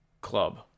Club